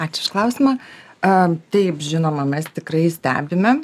ačiū už klausimą a taip žinoma mes tikrai stebime